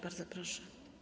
Bardzo proszę.